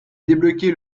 débloqué